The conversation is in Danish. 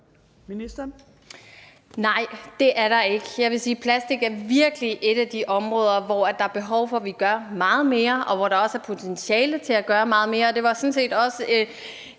Jeg vil sige, at plastik virkelig er et af de områder, hvor der er behov for, vi gør meget mere, og hvor der også er potentiale til at gøre meget mere.